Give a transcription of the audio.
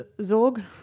Zorg